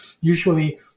Usually